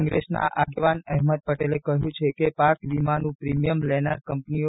કોંગ્રેસના આગેવાન અહેમદ પટેલે કહ્યું કે પાકવિમાનું પ્રીમીયમ લેનાર કંપનીઓ